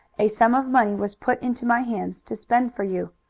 a sum of money was put into my hands to spend for you.